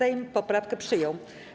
Sejm poprawkę przyjął.